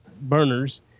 burners